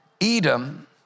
Edom